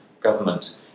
government